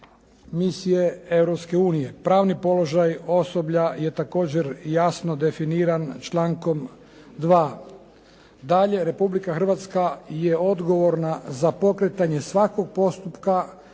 unije. Pravni položaj osoblja je također jasno definiran člankom 2. Dalje, Republika Hrvatska je odgovorna za pokretanje svakog postupka,